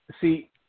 see